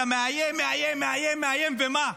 אתה מאיים, מאיים, מאיים, מאיים, ומה?